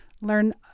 learn